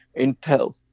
Intel